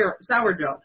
sourdough